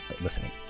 listening